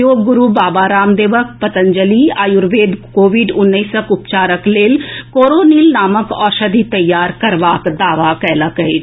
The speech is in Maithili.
योग गुरु बाबा रामदेवक पतंजलि आयूर्वेद कोविड उन्नैसक उपचारक लेल कोरोनिल नामक औषधि तैयार करबाक दावा कयलक अछि